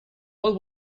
what